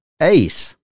ACE